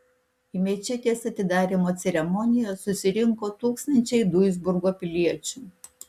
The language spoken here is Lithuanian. į mečetės atidarymo ceremoniją susirinko tūkstančiai duisburgo piliečių